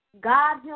God